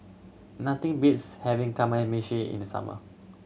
nothing beats having Kamameshi in the summer